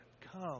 Come